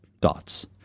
dots